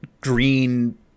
green